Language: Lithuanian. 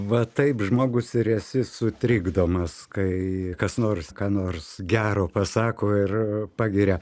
va taip žmogus ir esi sutrikdomas kai kas nors ką nors gero pasako ir pagiria